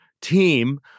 team